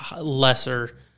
lesser